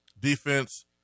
Defense